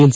L